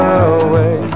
away